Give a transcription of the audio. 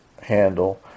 handle